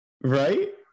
Right